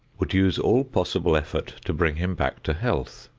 would use all possible effort to bring him back to health.